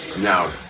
now